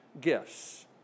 gifts